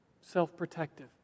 self-protective